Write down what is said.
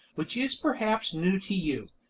which is perhaps new to you.